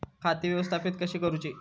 खाती व्यवस्थापित कशी करूची?